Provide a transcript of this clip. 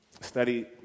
study